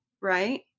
right